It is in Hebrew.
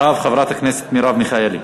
אחריו, חברת הכנסת מרב מיכאלי.